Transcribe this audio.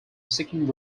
seeking